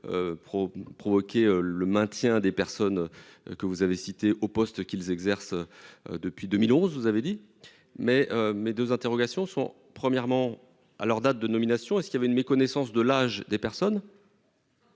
Provoqué le maintien des personnes. Que vous avez cité au poste qu'ils exercent. Depuis 2011, vous avez dit mais, mais 2 interrogations sont premièrement à leur date de nomination et ce qu'il y avait une méconnaissance de l'âge des personnes.